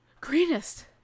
Greenest